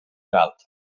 alt